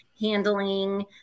handling